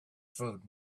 food